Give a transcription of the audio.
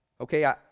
Okay